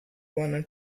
wanna